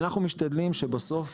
אנחנו משתדלים שבסוף